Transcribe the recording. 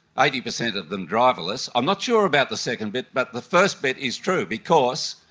eighty percent of them driverless. i'm not sure about the second bit, but the first bit is true because,